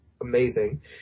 amazing